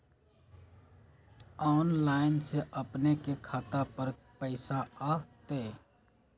Online से अपने के खाता पर पैसा आ तई?